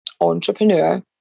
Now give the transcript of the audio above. entrepreneur